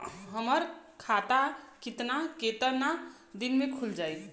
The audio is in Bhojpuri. हमर खाता कितना केतना दिन में खुल जाई?